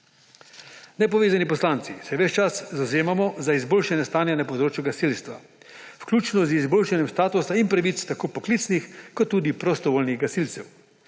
Nepovezani poslanci se ves čas zavzemamo za izboljšanje stanje na področju gasilstva, vključno z izboljšanjem statusa in pravic tako poklicnih kot tudi prostovoljnih gasilcev.